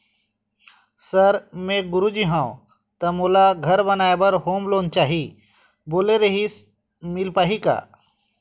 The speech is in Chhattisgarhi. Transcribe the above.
सर मे एक गुरुजी हंव ता मोला आधार बनाए बर होम लोन चाही बोले रीहिस मील पाही का?